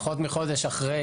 פחות מחודש אחרי